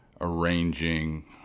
arranging